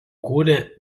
kūrė